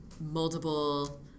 multiple